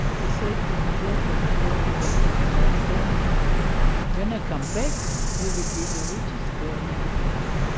he said to his daughter before he went to his last journey when i come back, you will be the richest girl in the world.